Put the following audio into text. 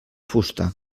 fusta